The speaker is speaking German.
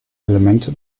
elemente